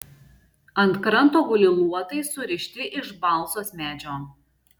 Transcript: ant kranto guli luotai surišti iš balzos medžio